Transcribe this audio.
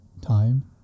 time